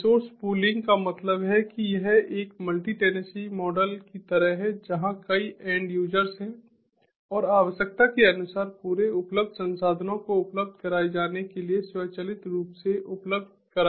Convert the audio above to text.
resource pooling का मतलब है कि यह एक मल्टी टेनेंसी मॉडल की तरह है जहां कई एंड यूजर्स हैं और आवश्यकता के अनुसार पूरे उपलब्ध संसाधनों को उपलब्ध कराए जाने के लिए स्वचालित रूप से उपलब्ध कराया जाना चाहिए